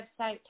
website